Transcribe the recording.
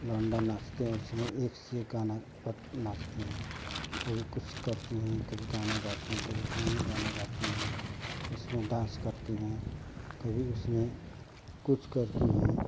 लौंडा नाचते हैं उसमें एक से एक गाना पर नाचते हैं कभी कुछ करते हैं कभी गाना गाते हैं कभी कौनों गाना गाते हैं उसमें डांस करती हैं कभी उसमें कुछ करती हैं